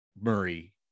murray